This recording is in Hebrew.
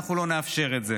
אנחנו לא נאפשר את זה.